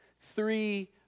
three